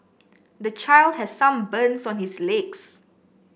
the child has some burns on his legs